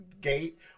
gate